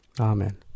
Amen